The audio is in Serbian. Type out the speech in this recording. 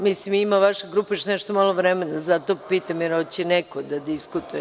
Mislim, ima vaša grupa još nešto malo vremena, zato pitam, da li hoće neko da diskutuje.